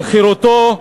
על חירותו,